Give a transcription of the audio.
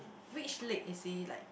which leg is he like